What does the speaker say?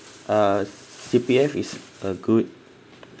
uh C_P_F is a good